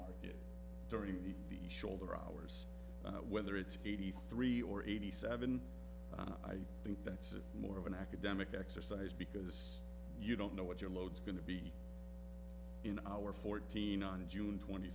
it during the the shoulder hours whether it's eighty three or eighty seven i think that's more of an academic exercise because you don't know what your loads going to be in our fourteen on june twenty